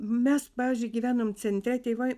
mes pavyzdžiui gyvenom centre tėvai